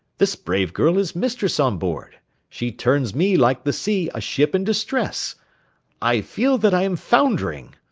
this brave girl is mistress on board she turns me like the sea a ship in distress i feel that i am foundering!